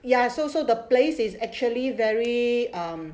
ya so so the place is actually very um